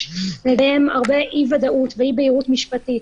לגביהם הרבה אי-ודאות ואי-בהירות משפטית,